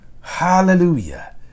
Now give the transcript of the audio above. Hallelujah